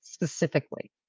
specifically